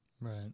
Right